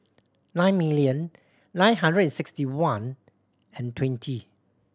nine million nine hundred sixty one and twenty